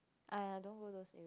!aiya! don't go those areas